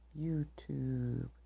YouTube